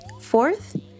Fourth